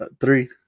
Three